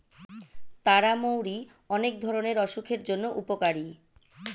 তারা মৌরি অনেক ধরণের অসুখের জন্য উপকারী